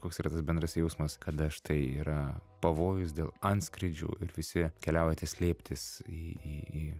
koks yra tas bendras jausmas kada štai yra pavojus dėl antskrydžių ir visi keliaujate slėptis į į į